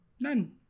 None